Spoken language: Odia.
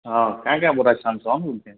ହଁ କାଁ କାଁ ବାର ଛାଣୁଛ